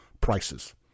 prices